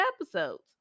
episodes